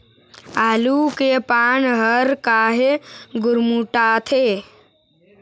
आलू के पान हर काहे गुरमुटाथे?